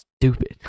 stupid